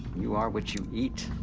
you are what you eat.